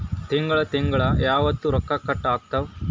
ತಿಂಗಳ ತಿಂಗ್ಳ ಯಾವತ್ತ ರೊಕ್ಕ ಕಟ್ ಆಗ್ತಾವ?